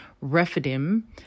Rephidim